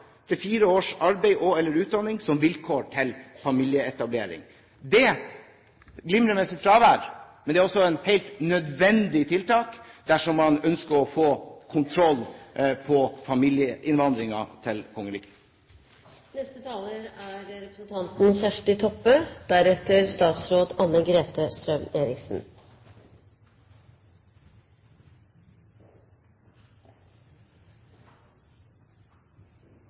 til fire års arbeid – og eller utdanning som vilkår til familieetablering». Det glimrer med sitt fravær. Men det er også helt nødvendige tiltak dersom man ønsker å få kontroll på familieinnvandringen til